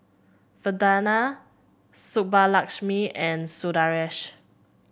Vandana Subbulakshmi and Sundaresh